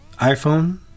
iPhone